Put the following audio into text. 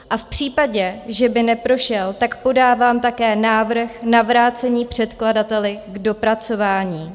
A v případě, že by neprošel, podávám také návrh na vrácení předkladateli k dopracování.